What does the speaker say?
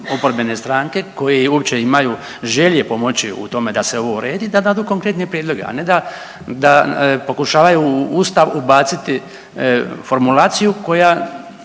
oporbene stranke koji uopće imaju želje pomoći u tome da se ovo uredi da dadu konkretne prijedloge, a ne da pokušavaju u Ustav ubaciti formulaciju koja